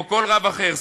או כל רב אחר,